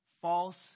False